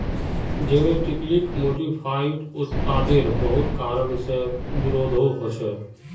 genetically modified उत्पादेर बहुत कारण से विरोधो होछे